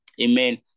amen